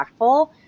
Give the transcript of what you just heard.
impactful